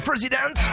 President